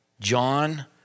John